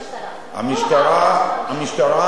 זו האחריות של המשטרה.